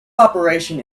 operation